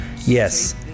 Yes